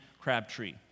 Crabtree